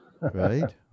right